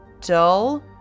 dull